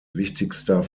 wichtigster